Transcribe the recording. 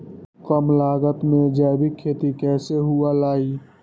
कम लागत में जैविक खेती कैसे हुआ लाई?